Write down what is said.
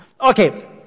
okay